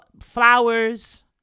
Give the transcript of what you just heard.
flowers